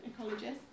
ecologists